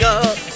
up